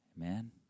Amen